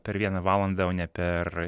per vieną valandą o ne per